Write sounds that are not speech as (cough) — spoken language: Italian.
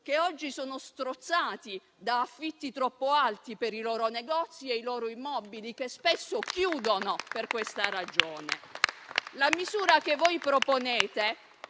che oggi sono strozzati da affitti troppo alti per i loro negozi e i loro immobili, che spesso chiudono per questa ragione. (applause) La misura che voi proponete